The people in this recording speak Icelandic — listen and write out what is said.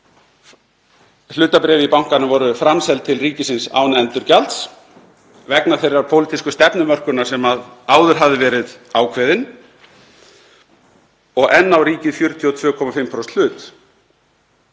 Hlutabréf í bankanum voru framseld til ríkisins án endurgjalds vegna þeirrar pólitísku stefnumörkunar sem áður hafði verið ákveðin og enn á ríkið 42,5% hlut.